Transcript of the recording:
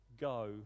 Go